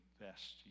best